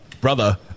brother